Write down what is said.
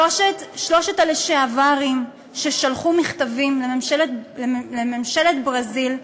שלושת ה"לשעברים" ששלחו מכתבים לממשלת ברזיל,